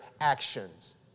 actions